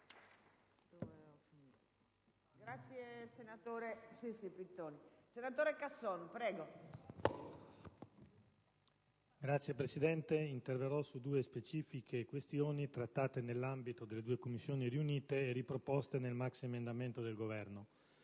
Signora Presidente, interverrò su due specifiche questioni trattate nell'ambito delle due Commissioni riunite e riproposte nel maxiemendamento del Governo.